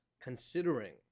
considering